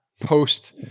post-